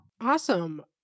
Awesome